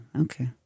Okay